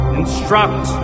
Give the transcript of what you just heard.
instruct